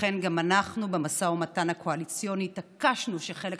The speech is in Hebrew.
לכן במשא ומתן הקואליציוני אנחנו התעקשנו שתהיה,